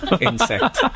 insect